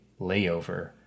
layover